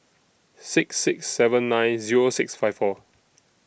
six six seven nine Zero six five four